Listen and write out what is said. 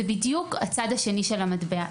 זה בדיוק הצד השני של המטבע.